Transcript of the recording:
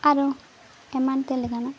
ᱟᱨᱚ ᱮᱢᱟᱱ ᱛᱮ ᱞᱮᱠᱟᱱᱟᱜ